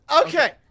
Okay